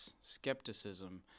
skepticism